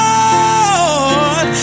Lord